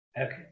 Okay